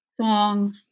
song